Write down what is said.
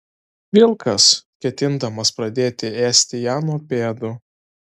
vilkas ketindamas pradėti ėsti ją nuo pėdų